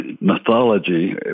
mythology